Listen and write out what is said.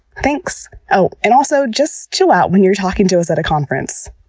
thanks. oh, and also, just chill out when you're talking to us at a conference!